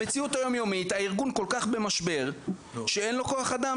המציאות היומיומית היא שהארגון כל כך במשבר שאין לו כוח אדם,